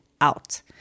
out